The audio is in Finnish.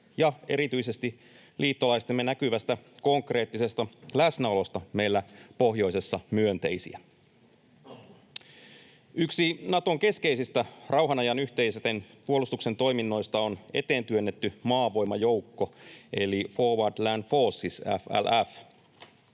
ja erityisesti liittolaistemme näkyvästä, konkreettisesta läsnäolosta meillä pohjoisessa myönteisiä. Yksi Naton keskeisistä rauhanajan yhteisen puolustuksen toiminnoista on eteentyönnetty maavoimajoukko eli Forward Land Forces, FLF.